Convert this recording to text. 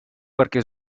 perquè